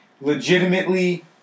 Legitimately